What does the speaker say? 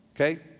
okay